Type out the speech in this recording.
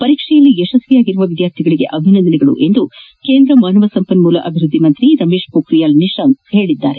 ಪರೀಕ್ಷೆಯಲ್ಲಿ ಯಶಸ್ವಿಯಾಗಿರುವ ವಿದ್ಯಾರ್ಥಿಗಳಿಗೆ ಅಭಿನಂದನೆಗಳು ಎಂದು ಕೇಂದ್ರ ಮಾನವ ಸಂಪನ್ಮೂಲ ಅಭಿವೃದ್ದಿ ಸಚಿವ ರಮೇಶ್ ಪೋಖ್ರಿಯಾಲ್ ನಿಶಾಂಕ್ ಹೇಳಿದ್ದಾರೆ